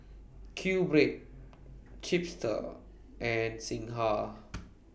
QBread Chipster and Singha